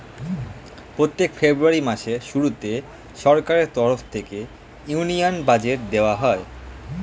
প্রতি ফেব্রুয়ারি মাসের শুরুতে সরকারের তরফ থেকে ইউনিয়ন বাজেট দেওয়া হয়